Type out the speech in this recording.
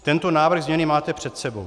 Tento návrh změny máte před sebou.